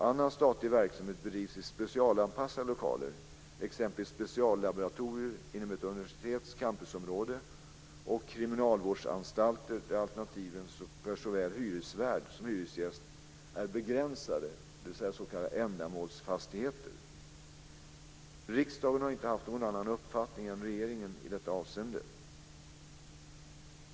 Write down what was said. Annan statlig verksamhet bedrivs i specialanpassade lokaler, t.ex. speciallaboratorier inom ett universitets campusområde och kriminalvårdsanstalter där alternativen för såväl hyresvärd som hyresgäst är begränsade, dvs. ändamålsfastigheter. "Riksdagen har inte haft någon annan uppfattning är regeringen i detta avseende.